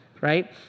right